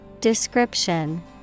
Description